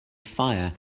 fire